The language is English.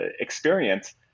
experience